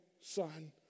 son